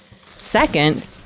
Second